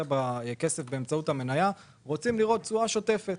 כסף באמצעות המניה - רוצים לראות תשואה שוטפת,